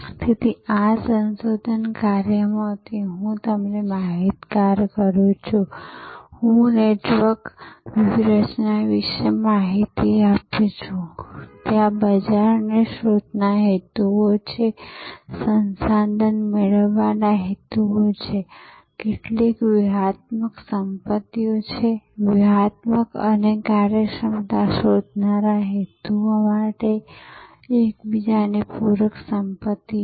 તેથી આ સંશોધન કાર્યમાંથી હું તમને માહિતગાર કરુ છું કે આ નેટવર્ક વ્યૂહરચના વિશેની માહિતી છે ત્યાં બજારની શોધના હેતુઓ છે સંસાધન મેળવવાના હેતુઓ છે કેટલીક વ્યૂહાત્મક સંપત્તિઓ છે હેતુઓ અને કાર્યક્ષમતા શોધનારા હેતુઓ માટે એકબીજાની પૂરક સંપત્તિ છે